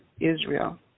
Israel